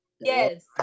yes